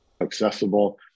accessible